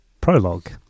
Prologue